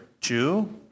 Jew